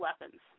weapons